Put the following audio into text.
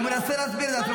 הוא מנסה להסביר לך.